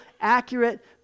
accurate